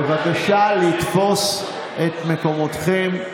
בבקשה לתפוס את מקומותיכם.